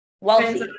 wealthy